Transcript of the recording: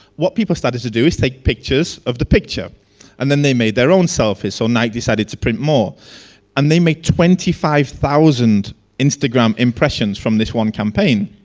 people started to do is take pictures of the picture and then they made their own selfies. so nike decided to print more and they make twenty five thousand instagram impressions from this one campaign.